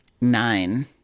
Nine